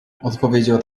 odpowiedział